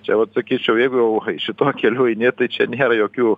čia vat sakyčiau jeigu jau šituo keliu eini tai čia nėra jokių